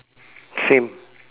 same